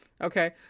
okay